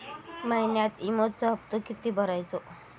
महिन्यात विम्याचो हप्तो किती भरायचो?